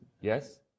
yes